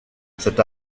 cette